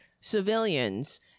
civilians